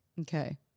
Okay